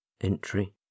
entry